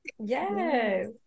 yes